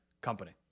company